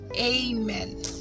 Amen